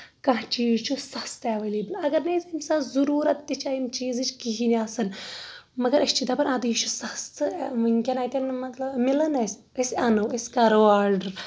کانٛہہ چیٖز چھُ سستہٕ اویٚلیبٔل اَگر نے اَسہِ کُنہِ ساتہ ضروٗرَت تہِ چھےٚ اَمہِ چیٖزِچ کہیٖنۍ آسان مَگر أسۍ چھِ دَپان اَدٕ یہِ چھُ سَستہٕ ؤنٛۍکیٚن اَتیٚن مطلب مَلان اَسہِ أسۍ اَنو أسۍ کَرو آڈر